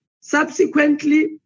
Subsequently